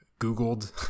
Googled